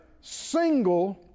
single